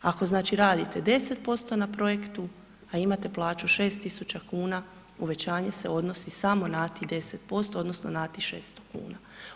Ako znači radite 10% na projektu, a imate plaću 6.000 kuna uvećanje se odnosi samo na tih 10% odnosno na tih 600 kuna.